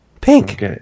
Pink